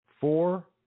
Four